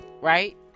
right